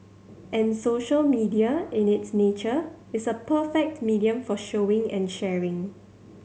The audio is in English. and social media in its nature is a perfect medium for showing and sharing